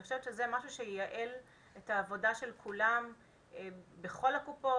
אני חושבת שזה משהו שייעל את העבודה של כולם בכל הקופות,